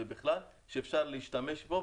ובכלל שאפשר להשתמש בו,